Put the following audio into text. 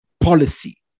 policy